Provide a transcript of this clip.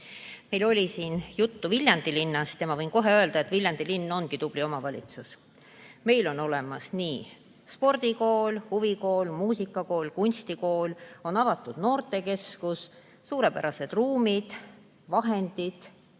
Meil oli siin juttu Viljandi linnast ja ma võin kohe öelda, et Viljandi linn on tubli omavalitsus. Meil on olemas nii spordikool, huvikool, muusikakool, kunstikool, on avatud noortekeskus, on suurepärased ruumid, vahendid,